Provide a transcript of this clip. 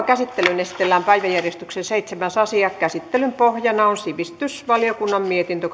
käsittelyyn esitellään päiväjärjestyksen seitsemäs asia käsittelyn pohjana on sivistysvaliokunnan mietintö